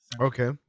Okay